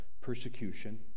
persecution